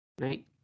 Right